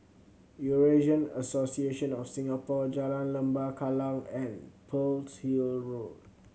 Eurasian Association of Singapore Jalan Lembah Kallang and Pearl's Hill Road